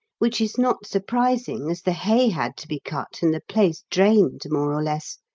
which is not surprising, as the hay had to be cut and the place drained more or less.